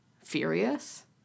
furious